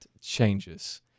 changes